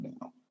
now